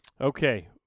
Okay